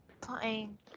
playing